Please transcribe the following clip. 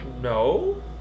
No